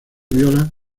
viola